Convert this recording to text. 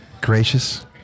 gracious